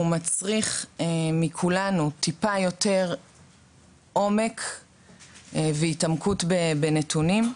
הוא מצריך מכולנו טיפה יותר עומק והתעמקות בנתונים,